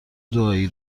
دعایی